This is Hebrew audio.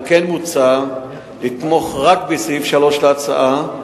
על כן מוצע לתמוך רק בסעיף 3 להצעה,